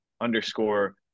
underscore